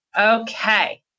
Okay